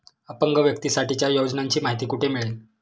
अपंग व्यक्तीसाठीच्या योजनांची माहिती कुठे मिळेल?